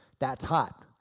that's hot.